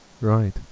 Right